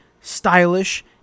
stylish